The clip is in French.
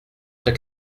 très